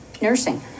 nursing